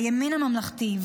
הימין הממלכתי,